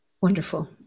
Wonderful